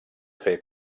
fer